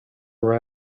our